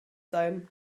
sein